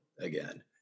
again